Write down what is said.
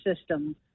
system